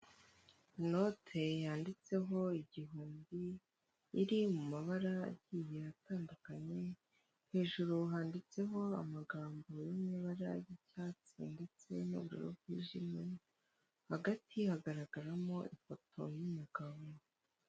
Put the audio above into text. Inote yanditseho igihumbi, iri mu mabara agiye atandukanye, hejuru handitseho amagambo yo mubara ry'icyatsi ndetse n'ubururu bwijimye, hagati hagaragaramo ifoto y'umugabo.